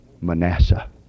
Manasseh